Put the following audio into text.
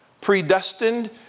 predestined